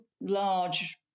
large